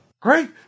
Great